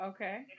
Okay